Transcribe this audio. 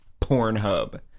Pornhub